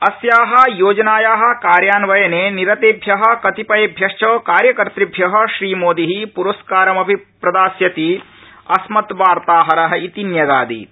अस्या योजनाया कार्यान्वयने निरतेभ्य कतिपयेभ्यश्च कार्यकर्तृभ्य श्रीमोदी परस्कारमपि प्रदास्यतीति अस्मत्वार्ताहर न्यागादीत्